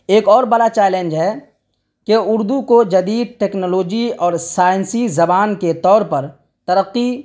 ایک اور بڑا چیلینج ہے کہ اردو کو جدید ٹکنالوجی اور سائنسی زبان کے طور پر ترقی